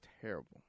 terrible